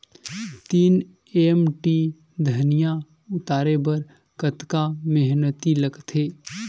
तीन एम.टी धनिया उतारे बर कतका मेहनती लागथे?